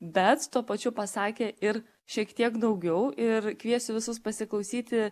bet tuo pačiu pasakė ir šiek tiek daugiau ir kviesiu visus pasiklausyti